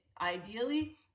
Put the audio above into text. ideally